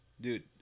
dude